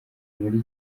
muri